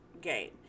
game